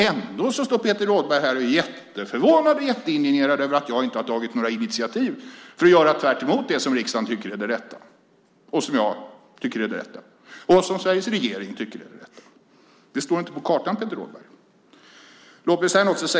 Ändå står Peter Rådberg här och är jätteförvånad och jätteindignerad över att jag inte har tagit några initiativ för att göra tvärtemot det som riksdagen tycker är det rätta och som jag tycker är det rätta och som Sveriges regering tycker är det rätta. Det står inte på kartan, Peter Rådberg.